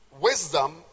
Wisdom